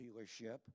dealership